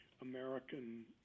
American